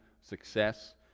success